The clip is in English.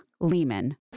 Lehman